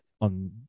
on